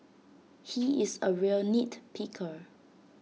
he is A real nit picker